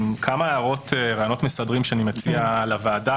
כמה רעיונות מסדרים שאני מציע לוועדה,